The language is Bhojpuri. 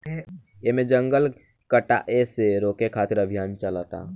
एमे जंगल कटाये से रोके खातिर अभियान चलता